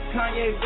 Kanye